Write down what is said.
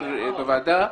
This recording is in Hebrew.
הוועדה.